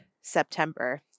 September